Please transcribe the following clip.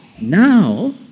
Now